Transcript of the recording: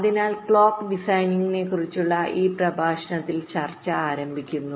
അതിനാൽ ക്ലോക്ക് ഡിസൈനിനെക്കുറിച്ചുള്ള ഈ പ്രഭാഷണത്തിൽ ഞങ്ങൾ ചർച്ച ആരംഭിക്കുന്നു